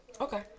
Okay